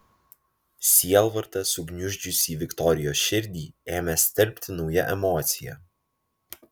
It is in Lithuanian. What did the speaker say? sielvartą sugniuždžiusį viktorijos širdį ėmė stelbti nauja emocija